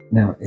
Now